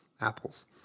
Apples